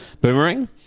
Boomerang